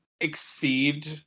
exceed